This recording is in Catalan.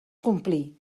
complir